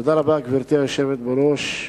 גברתי היושבת בראש,